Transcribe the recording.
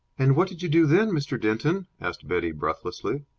and what did you do then, mr. denton? asked betty, breathlessly.